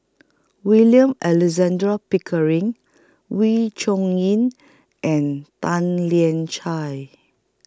William Alexander Pickering Wee Chong Yin and Tan Lian Chye